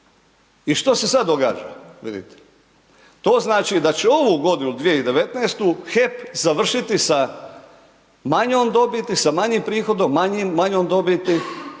i što se sad događa, vidite to znači da ovu godinu 2019. HEP završiti sa manjom dobiti, sa manjim prihodom, manjom dobiti